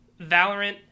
Valorant